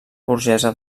burgesa